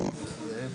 שלום,